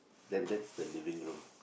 then that's the living room